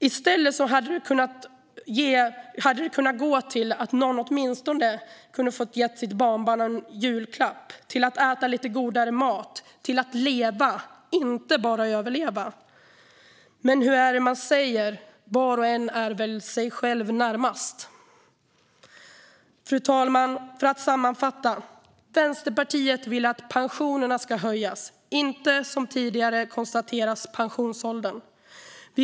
I stället hade pengarna kunnat gå till att någon åtminstone kunde ha fått ge sitt barnbarn en julklapp, fått äta lite godare mat, fått leva och inte bara överleva. Men hur är det man säger - var och en är sig själv närmast? För att sammanfatta, fru talman: Vänsterpartiet vill höja pensionerna, inte pensionsåldern.